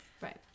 right